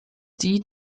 die